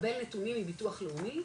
לקבל נתונים מביטוח לאומי,